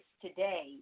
today